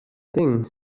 thing